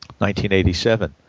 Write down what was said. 1987